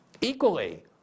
equally